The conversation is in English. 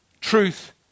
Truth